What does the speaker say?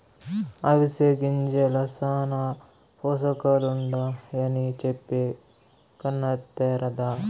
అవిసె గింజల్ల శానా పోసకాలుండాయని చెప్పే కన్నా తేరాదా